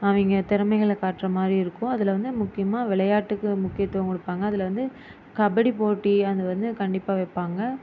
அவங்க திறமைகளை காட்டுற மாதிரி இருக்கும் அதில் வந்து முக்கியமாக விளையாட்டுக்கு முக்கியத்துவம் கொடுப்பாங்க அதில் வந்து கபடி போட்டி அது வந்து கண்டிப்பாக வைப்பாங்க